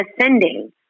ascending